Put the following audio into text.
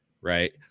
right